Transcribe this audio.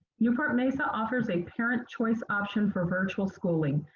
newport mesa offers a parent choice option for virtual schooling.